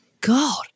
God